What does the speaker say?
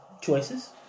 Choices